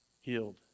healed